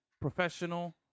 professional